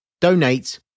donate